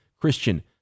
Christian